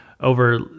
over